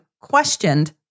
questioned